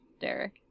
Derek